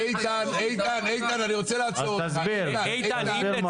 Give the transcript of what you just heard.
תסביר מה